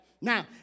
Now